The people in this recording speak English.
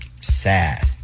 sad